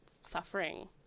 suffering